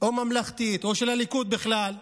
או ממלכתית, או של הליכוד בכלל,